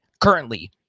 currently